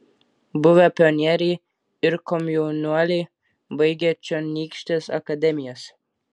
buvę pionieriai ir komjaunuoliai baigę čionykštes akademijas